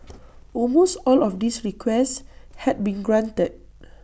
almost all of these requests had been granted